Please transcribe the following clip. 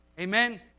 Amen